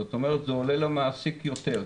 זאת אומרת זה עולה למעסיק יותר.